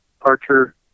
Archer